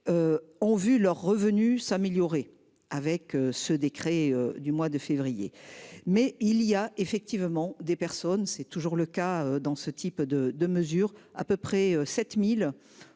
Ont vu leurs revenus s'améliorer avec ce décret du mois de février. Mais il y a effectivement des personnes c'est toujours le cas dans ce type de de mesures à peu près 7000,